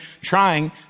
trying